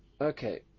Okay